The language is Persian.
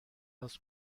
عوض